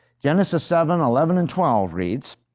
genesis seven eleven and twelve reads,